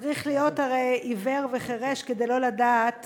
צריך להיות הרי עיוור וחירש כדי לא לדעת